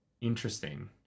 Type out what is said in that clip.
interesting